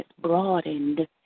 broadened